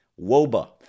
Woba